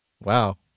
Wow